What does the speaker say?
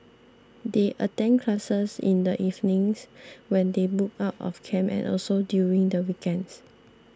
they attend classes in the evenings when they book out of camp and also during the weekends